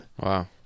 Wow